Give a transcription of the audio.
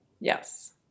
Yes